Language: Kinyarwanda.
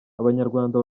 abanyarwanda